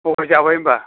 थगायजाबाय होनब्ला